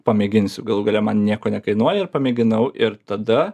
pamėginsiu galų gale man nieko nekainuoja ir pamėginau ir tada